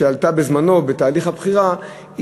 שעלתה בזמנו בתהליך הבחירה,